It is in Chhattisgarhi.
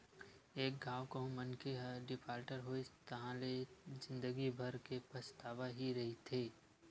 एक घांव कहूँ मनखे ह डिफाल्टर होइस ताहाँले ले जिंदगी भर के पछतावा ही रहिथे